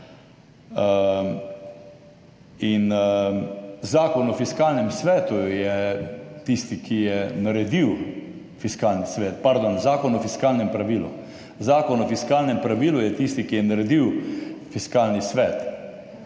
Zakon o fiskalnem pravilu svetu je tisti, ki je naredil Fiskalni svet.